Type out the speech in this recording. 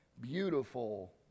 beautiful